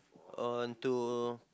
on to